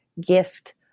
gift